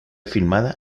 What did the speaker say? filmada